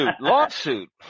Lawsuit